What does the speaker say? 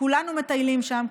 כולנו מטיילים שם,